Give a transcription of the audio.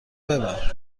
ببر